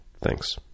Thanks